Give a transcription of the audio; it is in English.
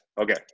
Okay